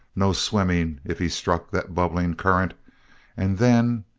no swimming if he struck that bubbling current and then,